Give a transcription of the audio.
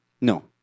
No